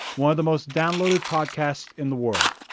one of the most downloaded podcasts in the world.